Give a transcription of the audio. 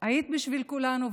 היית בשביל כולנו,